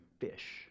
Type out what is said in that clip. fish